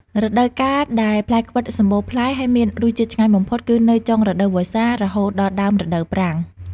រដូវកាលដែលផ្លែខ្វិតសម្បូរផ្លែ ហើយមានរសជាតិឆ្ងាញ់បំផុត គឺនៅចុងរដូវវស្សា រហូតដល់ដើមរដូវប្រាំង។